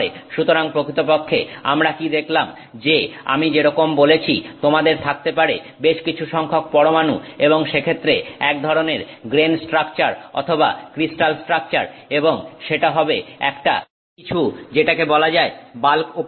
সুতরাং প্রকৃতপক্ষে আমরা কি দেখলাম যে আমি যেরকম বলেছি তোমাদের থাকতে পারে বেশ কিছু সংখ্যক পরমাণু এবং সেক্ষেত্রে এক ধরনের গ্রেন স্ট্রাকচার অথবা ক্রিস্টাল স্ট্রাকচার এবং সেটা হবে একটা কিছু যেটাকে বলা যায় বাল্ক উপাদান